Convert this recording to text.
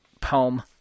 poem